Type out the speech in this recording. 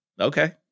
Okay